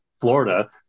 Florida